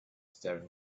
staring